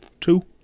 Two